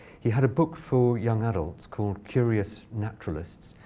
he had a book for young adults called curious naturalists.